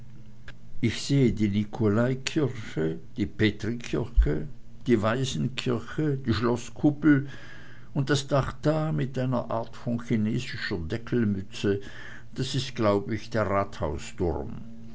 ich sehe die nikolaikirche die petrikirche die waisenkirche die schloßkuppel und das dach da mit einer art von chinesischer deckelmütze das ist glaub ich der